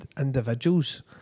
individuals